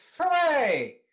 Hooray